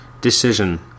decision